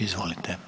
Izvolite.